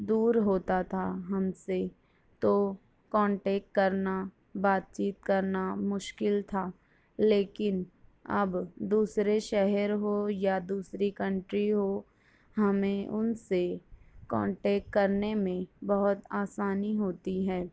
دور ہوتا تھا ہم سے تو کانٹیکٹ کرنا بات چیت کرنا مشکل تھا لیکن اب دوسرے شہر ہو یا دوسری کنٹری ہو ہمیں ان سے کانٹیکٹ کرنے میں بہت آسانی ہوتی ہے